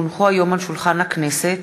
כי הונחו היום על שולחן הכנסת,